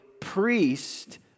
priest